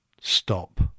stop